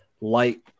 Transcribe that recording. light